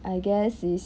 I guess is